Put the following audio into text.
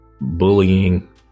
bullying